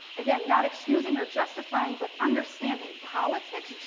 again, not excusing or justifying but understanding politics,